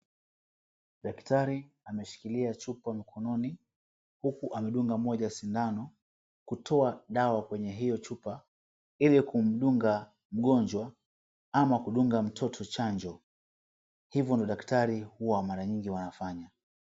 Daktari ameshikilia chupa mkononi huku amedunga mmoja sindano, kutoa dawa kwenye hiyo chupa ilikumdunga mgonjwa ama kumdunga mtoto chanjo, hivyo ndo daktari mara nyingi huwa wanafanya.